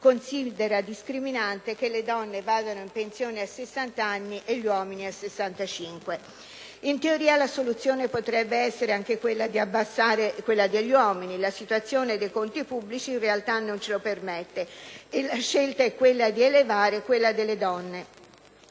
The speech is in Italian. considera discriminante che le donne vadano in pensione a 60 anni e gli uomini a 65. In teoria, la soluzione potrebbe essere anche quella di abbassare l'età pensionabile degli uomini, ma la situazione dei conti pubblici, in realtà, non ce lo consente e la scelta è quella di elevare l'età delle donne,